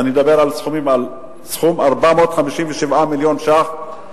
ואני מדבר על סכום של 475 מיליון ש"ח,